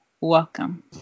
welcome